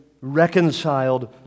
reconciled